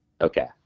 Okay